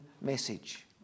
message